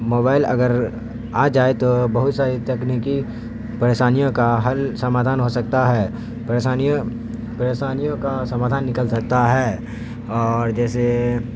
mobile اگر آ جائے تو بہت ساری تکنیکی پریشانیوں کا حل سمادھان ہو سکتا ہے پریشانیوں پریشانیوں کا سمادھان نکل سکتا ہے اور جیسے